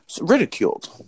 Ridiculed